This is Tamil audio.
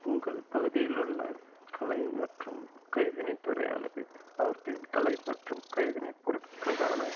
உங்கள் பகுதியில் உள்ள கலை மற்றும் கைவினை துறையானது அவற்றின் கலை மற்றும் கைவினை பொருட்கள்களான